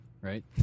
right